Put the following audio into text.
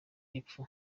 y’epfo